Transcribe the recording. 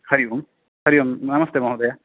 हरिः ओं हरिः ओं नमस्ते महोदय